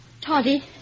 Toddy